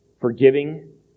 forgiving